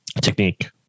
technique